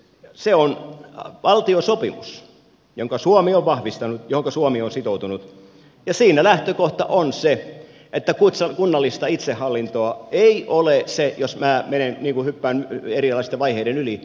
se on valtiosopimus jonka suomi on vahvistanut johonka suomi on sitoutunut ja siinä lähtökohta on se että kunnallista itsehallintoa ei ole se jos minä hyppään erilaisten vaiheiden yli